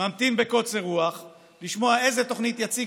וממתין בקוצר רוח לשמוע איזו תוכנית יציג